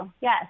yes